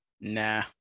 Nah